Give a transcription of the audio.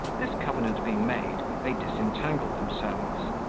this covenant being made, they disentangled themselves,